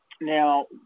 Now